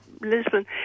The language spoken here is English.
Lisbon